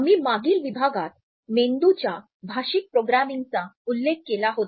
आम्ही मागील विभागात मेंदूच्या भाषिक प्रोग्रामिंगचा उल्लेख केला होता